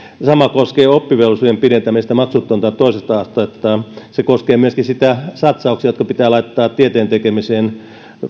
sama koskee oppivelvollisuuden pidentämistä maksutonta toista astetta se koskee myöskin niitä satsauksia jotka pitää laittaa tieteen tekemiseen